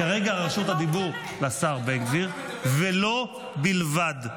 כרגע רשות הדיבור לשר בן גביר ולו בלבד.